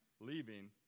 leaving